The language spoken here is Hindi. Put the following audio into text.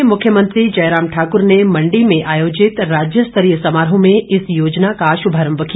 प्रदेश में मुख्यमंत्री जयराम ठाक्र ने मंडी में आयोजित राज्य स्तरीय समारोह में इस योजना का शुभारंभ किया